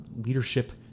Leadership